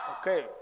Okay